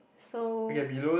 so